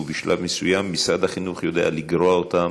ובשלב מסוים משרד החינוך יודע לגרוע אותם